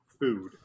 food